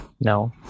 No